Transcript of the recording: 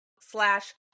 slash